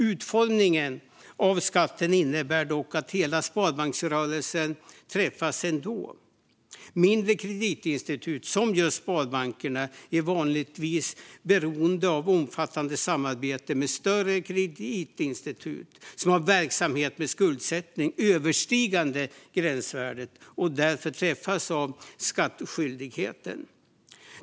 Utformningen av skatten innebär dock att hela sparbanksrörelsen träffas ändå. Mindre kreditinstitut som Sparbankerna är vanligtvis beroende av omfattande samarbete med större kreditinstitut som har verksamhet med skuldsättning överstigande gränsvärdet och därför träffas av skattskyldigheten.